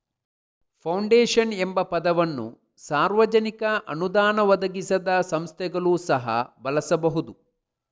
foundation ಎಂಬ ಪದವನ್ನು ಸಾರ್ವಜನಿಕ ಅನುದಾನ ಒದಗಿಸದ ಸಂಸ್ಥೆಗಳು ಸಹ ಬಳಸಬಹುದು